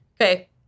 Okay